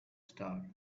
star